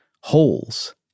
Holes